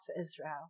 Israel